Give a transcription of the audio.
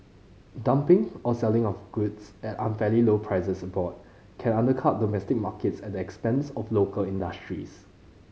dumping or selling of goods at unfairly low prices abroad can undercut domestic markets at the expense of local industries